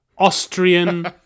Austrian